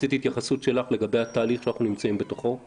רציתי את ההתייחסות שלך לגבי התהליך שאנחנו נמצאים בתוכו.